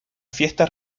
fiestas